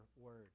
word